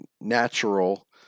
natural